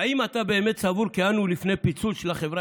האם אתה באמת סבור כי אנו לפני פיצול של החברה